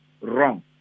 wrong